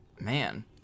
Man